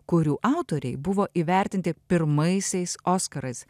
kurių autoriai buvo įvertinti pirmaisiais oskarais